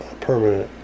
permanent